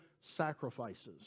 sacrifices